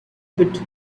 pit